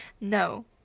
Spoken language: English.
No